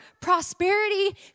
prosperity